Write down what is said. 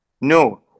No